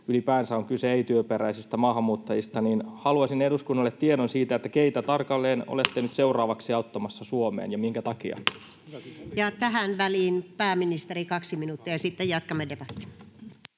ylipäänsä on kyse ei-työperäisistä maahanmuuttajista, niin haluaisin eduskunnalle tiedon siitä, keitä tarkalleen olette nyt seuraavaksi auttamassa Suomeen ja minkä takia. Ja tähän väliin pääministeri, 2 minuuttia, ja sitten jatkamme debattia.